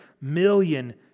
million